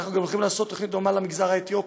אנחנו הולכים לעשות תוכנית דומה גם למגזר האתיופי,